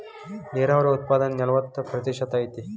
ನೇರಾವರಿ ಉತ್ಪಾದನೆ ನಲವತ್ತ ಪ್ರತಿಶತಾ ಐತಿ